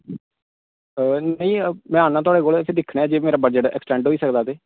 आं में आना ते दिक्खना अगर मेरा बजट एक्सटैंड होई सकदा ते